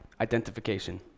identification